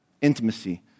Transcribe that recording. intimacy